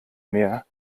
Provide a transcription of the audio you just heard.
mehr